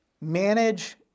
manage